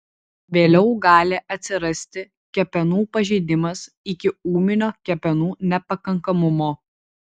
vėliau gali atsirasti kepenų pažeidimas iki ūminio kepenų nepakankamumo